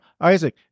Isaac